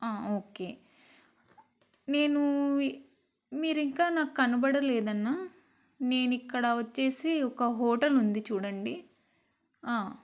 okay నేనూ మీరింకా నాకు కనబడలేదన్నా నేను ఇక్కడ వచ్చేసి ఒక హోటల్ ఉంది చూడండి